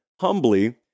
humbly